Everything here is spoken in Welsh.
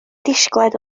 disgled